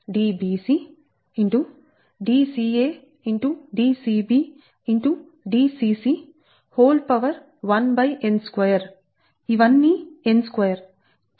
ఇవన్నీ n29 లబ్దములు ఉన్నాయిn 3